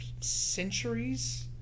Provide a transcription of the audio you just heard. centuries